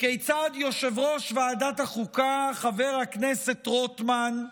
וכיצד יושב-ראש ועדת החוקה, חבר הכנסת רוטמן,